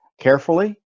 carefully